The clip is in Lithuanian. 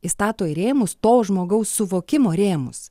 įstato į rėmus to žmogaus suvokimo rėmus